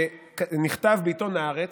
שנכתב בעיתון הארץ,